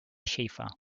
shaffer